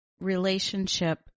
relationship